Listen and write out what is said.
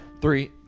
Three